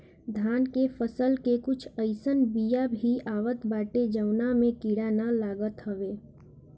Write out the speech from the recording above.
धान के फसल के कुछ अइसन बिया भी आवत बाटे जवना में कीड़ा ना लागत हवे